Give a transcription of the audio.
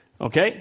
Okay